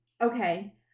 okay